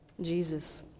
Jesus